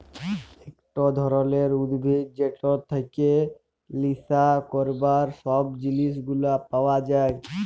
একট ধরলের উদ্ভিদ যেটর থেক্যে লেসা ক্যরবার সব জিলিস গুলা পাওয়া যায়